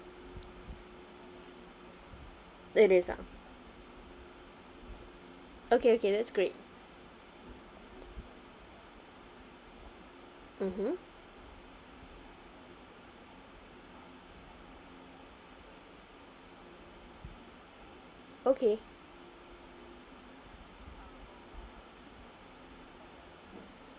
it is ah okay okay that's great mmhmm okay